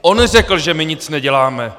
On řekl, že my nic neděláme!